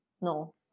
No